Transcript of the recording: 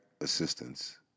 assistance